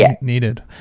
needed